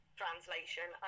translation